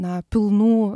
na pilnų